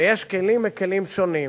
ויש כלים מכלים שונים.